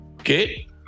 Okay